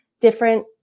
different